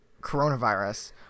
coronavirus